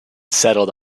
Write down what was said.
settled